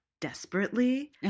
desperately